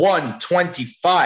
125